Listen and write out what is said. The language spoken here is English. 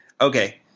Okay